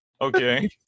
Okay